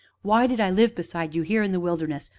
why did i live beside you here in the wilderness?